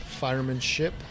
firemanship